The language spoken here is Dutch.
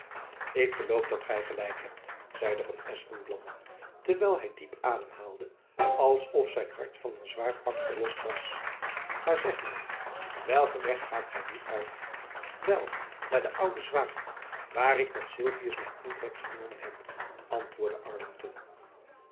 ik geloof dat gy gelijk hebt zeide van espenblad terwijl hy diep adem haalde als of zijn hart jacob van lennep elizabeth musch van een zwaar pak verlost was maar zeg my welken weg gaat gy nu uit wel naar de oude zwaen waar ik met sylvius mijn intrek genomen heb antwoordde arlington